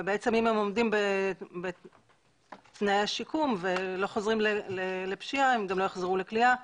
ואם הם עומדים בתנאי השיקום ולא חוזרים לפשיעה הם גם לא יחזרו לכליאה.